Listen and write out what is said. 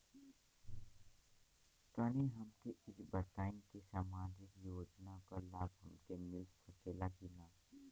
तनि हमके इ बताईं की सामाजिक योजना क लाभ हमके मिल सकेला की ना?